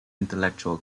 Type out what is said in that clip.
intellectual